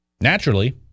naturally